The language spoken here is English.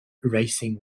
racing